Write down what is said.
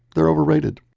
they're overrated